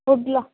ஃபுட்யெலாம்